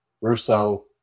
Russo